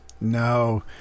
No